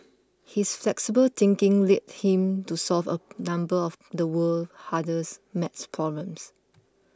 his flexible thinking led him to solve a number of the world's hardest math problems